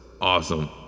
awesome